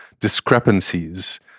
discrepancies